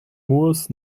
moors